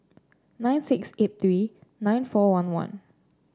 nine six eight three nine four one one